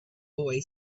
boy